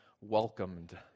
welcomed